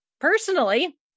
Personally